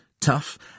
tough